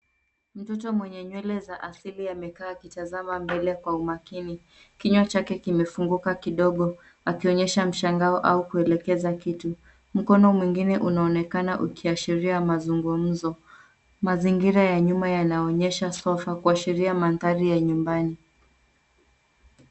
Mtoto mwenye nywele za asili, amekaa akitazama mbele kwa umakini. Kinywa chake kimefunguka kidogo akionyesha mshangao au kuelekeza kitu. Mkono mwengine unaonekana ukiashiria mazungumzo. Mazingira ya nyuma yanaonyesha sofa kuashiria mandhari ya nyumbani.